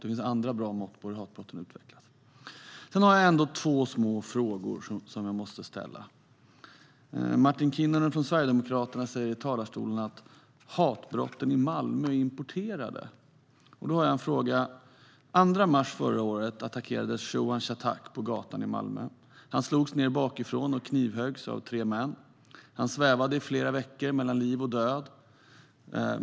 Det finns andra bra mått på hur hatbrotten utvecklas. Jag har två frågor som jag måste ställa. Martin Kinnunen från Sverigedemokraterna säger i talarstolen att hatbrotten i Malmö är importerade. Den 2 mars förra året attackerades Showan Shattack på gatan i Malmö. Han slogs ned bakifrån och knivhöggs av tre män. Han svävade i flera veckor mellan liv och död.